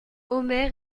omer